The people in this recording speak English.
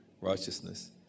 righteousness